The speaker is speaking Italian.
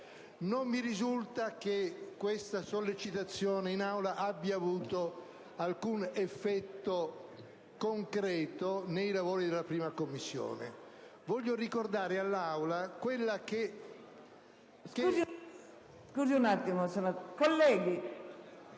Non mi risulta che questa sollecitazione in Aula abbia avuto alcun effetto concreto sui lavori della 1a Commissione. Voglio ricordare all'Assemblea, e